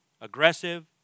aggressive